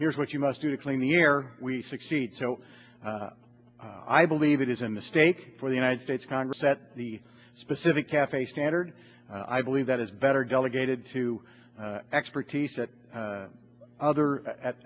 here's what you must do to clean the air we succeed so i believe it is a mistake for the united states congress at the specific cafe standard i believe that is better delegated to expertise that other